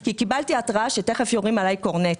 כי קיבלתי התרעה שתכף יורים אליי טיל קורנט.